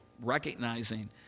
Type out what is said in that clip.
recognizing